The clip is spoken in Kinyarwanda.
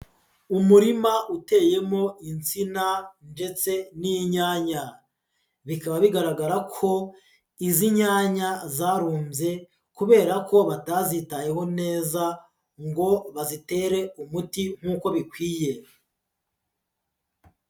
Umurima uteyemo insina ndetse n'inyanya, bikaba bigaragara ko izi nyanya zarumbye, kubera ko batazitayeho neza ngo bazitere umuti nk'uko bikwiye.